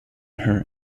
her